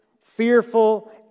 fearful